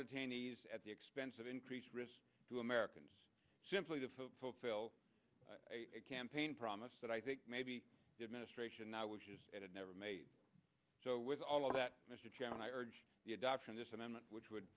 detainees at the expense of increased risk to americans simply to fulfill a campaign promise that i think maybe the administration now which is it never made so with all of that mr chairman i urge the adoption this amendment which would